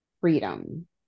freedom